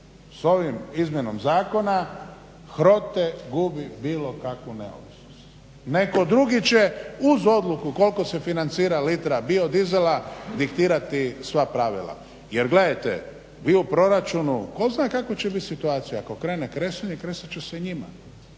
S ovom izmjenom zakona HROTE gubi bilo kakvu neovisnost. Netko drugi će uz odluku koliko se financira litra biodizela diktirati sva pravila. Jer gledajte, vi u proračunu tko zna kakva će bit situacija. Ako krene kresanje kresat će se i njima.